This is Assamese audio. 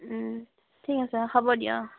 ঠিক আছে হ'ব দিয়ক অঁ